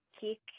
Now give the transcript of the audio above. kick